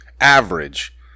average